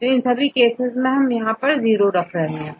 तो सभी केस के लिए हम0 रखेंगे